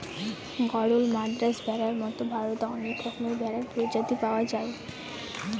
গরল, মাদ্রাজ ভেড়ার মতো ভারতে অনেক রকমের ভেড়ার প্রজাতি পাওয়া যায়